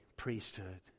priesthood